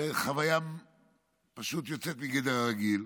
זאת חוויה פשוט יוצאת מגדר הרגיל.